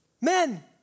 Men